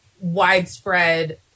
widespread